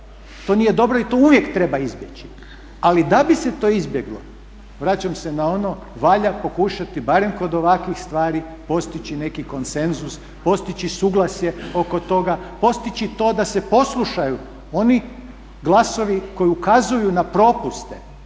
to nije dobro i to uvijek treba izbjeći. Ali da bi se to izbjeglo, vraćam se na ono valja pokušati barem kod ovakvih stvari postići neki konsenzus, postići suglasje oko toga, postići to da se poslušaju oni glasovi koji ukazuju na propuste